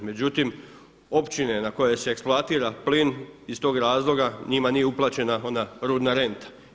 Međutim, općine na koje se eksploatira plin iz tog razloga njima nije uplaćena onda rudna renta.